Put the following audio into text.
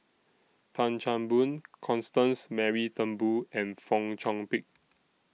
Tan Chan Boon Constance Mary Turnbull and Fong Chong Pik